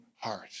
heart